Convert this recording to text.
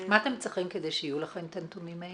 מה אתם צריכים כדי שיהיו לכם את הנתונים האלה?